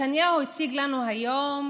נתניהו הציג לנו היום